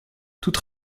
toute